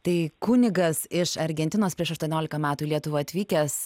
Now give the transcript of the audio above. tai kunigas iš argentinos prieš aštuoniolika metų į lietuvą atvykęs